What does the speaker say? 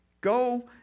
Go